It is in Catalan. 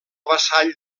vassall